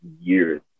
years